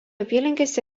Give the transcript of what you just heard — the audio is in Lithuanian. apylinkėse